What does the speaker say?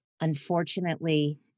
Unfortunately